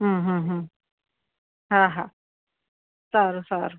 હા હા સારું સારું